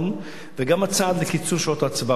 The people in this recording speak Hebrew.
וגם הצעד לקיצור שעות ההצבעה הוא נכון.